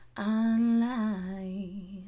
online